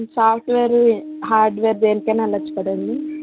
software hardware దేనికైనా వెళ్లవచ్చు కదండి